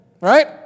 right